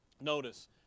notice